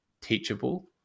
teachable